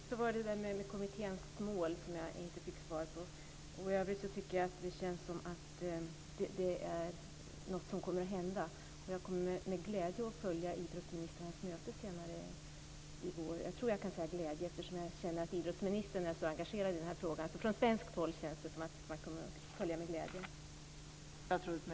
Fru talman! Det var detta med kommitténs mål som jag inte fick något svar på. I övrigt känns det som att något kommer att hända. Jag kommer med glädje att följa idrottsministerns möte senare i vår. Jag tror att jag kan säga "med glädje", eftersom jag känner att idrottsministern är så engagerad i denna fråga. Från svenskt håll känns det som att man kan följa frågan med glädje.